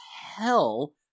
hell